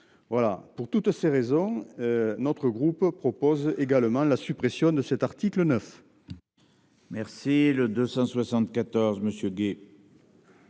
Voilà. Pour toutes ces raisons. Notre groupe propose également la suppression de cet article 9. Merci le 274 monsieur.